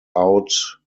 out